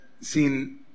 seen